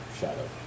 shadow